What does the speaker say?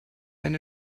eine